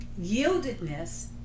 yieldedness